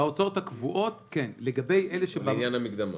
כן, בעיקר בעניין המקדמות.